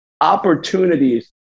opportunities